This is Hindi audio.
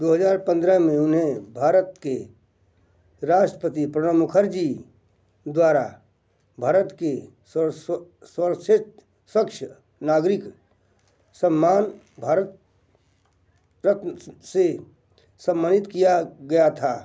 दो हज़ार पंद्रह में उन्हें भारत के राष्ट्रपति प्रणब मुखर्जी द्वारा भारत के सर्वोच्च नागरिक सम्मान भारत रत्न से सम्मानित किया गया था